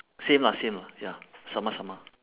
same lah same ya sama sama